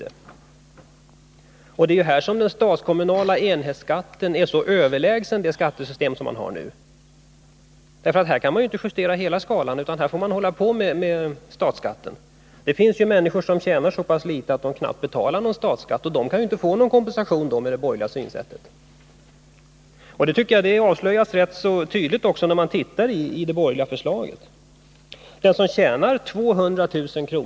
Det är ju i detta avseende som den statskommunala enhetsskatten är så överlägsen det system man har nu. Med nuvarande system kan man ju inte justera hela skalan, utan man får hålla på med justeringar av statsskatten. Det finns ju människor som tjänar så litet att de knappt betalar någon statsskatt, och de kan ju inte få någon kompensation med ett system som bygger på det borgerliga synsättet. Jag tycker att detta avslöjas rätt tydligt när man ser på det borgerliga förslaget. Den som tjänar 200 000 kr.